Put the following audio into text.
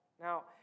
Now